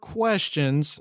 questions